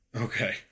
Okay